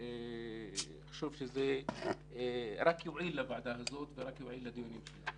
אני חושב שזה רק יועיל לוועדה ורק יועיל לדיונים שלה.